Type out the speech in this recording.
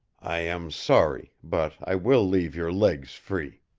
i am sorry but i will leave your legs free.